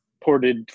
ported